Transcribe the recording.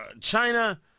China